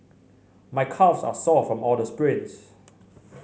my calves are sore from all the sprints